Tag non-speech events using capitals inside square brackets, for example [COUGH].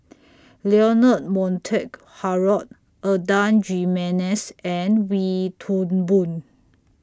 [NOISE] Leonard Montague Harrod Adan Jimenez and Wee Toon Boon